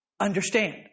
Understand